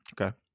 Okay